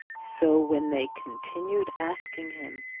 so when they continued asking him,